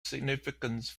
significance